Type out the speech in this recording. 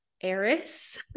Eris